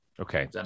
Okay